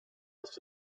asked